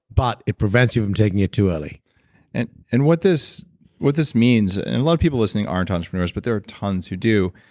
but it prevents you from taking it too early and and what this what this means, and and a lot of people listening aren't entrepreneurs but there are tons who do,